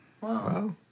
Wow